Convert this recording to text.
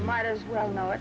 might as well kno